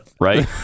Right